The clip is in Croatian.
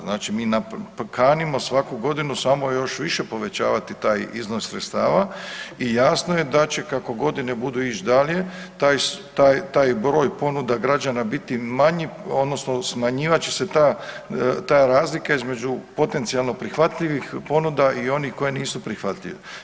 Znači, mi kanimo svaku godinu samo još više povećavati taj iznos sredstava i jasno je da će kako godine budu ići dalje taj, taj broj ponuda građana biti manji odnosno smanjivat će se ta razlika između potencijalno prihvatljivih ponuda i onih koje nisu prihvatljive.